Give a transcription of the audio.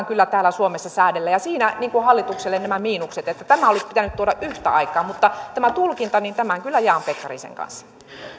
kyllä täällä suomessa säädellä siinä on hallitukselle nämä miinukset nämä olisi pitänyt tuoda yhtä aikaa mutta tämän tulkinnan jaan kyllä pekkarisen kanssa